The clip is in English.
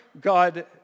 God